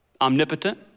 Omnipotent